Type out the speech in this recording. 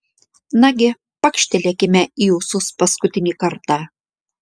nagi pakštelėkime į ūsus paskutinį kartą